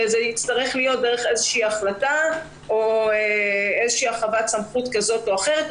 וזה יצטרך להיות דרך איזו החלטה או דרך הרחבת סמכות כזאת או אחרת,